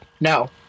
no